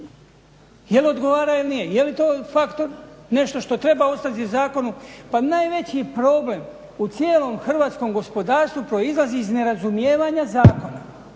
jel odgovara ili ne, jel li to factor nešto što treba ostati u zakonu? Pa najveći problem u cijelom hrvatskom gospodarstvu proizlazi iz nerazumijevanja zakona